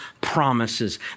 promises